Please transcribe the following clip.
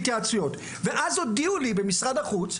ואז הודיעו לי במשרד החוץ,